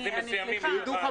יידעו.